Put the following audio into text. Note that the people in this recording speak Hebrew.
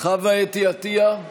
חוה אתי עטייה,